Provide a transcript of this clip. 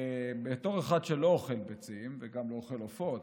בתור אחד שלא אוכל ביצים וגם לא אוכל עופות,